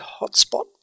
hotspot